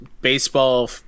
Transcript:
baseball